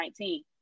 2019